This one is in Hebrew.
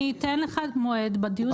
אמרתי אדוני שאני אתן לך מועד בדיון הבא.